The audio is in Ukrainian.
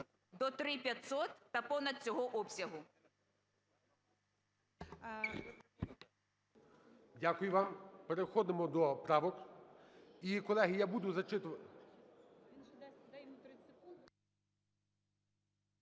до 3500 та понад цього обсягу.